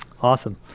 Awesome